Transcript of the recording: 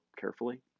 carefully